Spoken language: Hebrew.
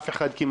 אף אחד כמעט